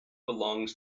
belongs